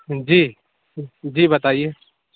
جی جی بتائیے